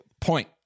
point